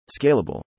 scalable